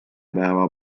päeva